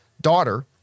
daughter